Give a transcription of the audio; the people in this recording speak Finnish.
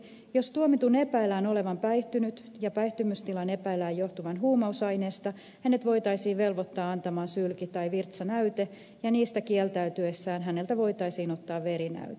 jos tuomitun epäillään olevan päihtynyt ja päihtymystilan epäillään johtuvan huumausaineesta hänet voitaisiin velvoittaa antamaan sylki tai virtsanäyte ja niistä kieltäytyessään häneltä voitaisiin ottaa verinäyte